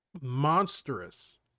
monstrous